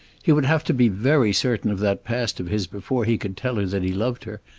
he would have to be very certain of that past of his before he could tell her that he loved her,